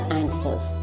answers